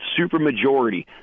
supermajority